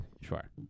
Sure